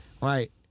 Right